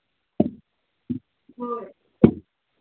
ꯍꯣꯏ